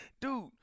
Dude